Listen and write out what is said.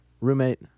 roommate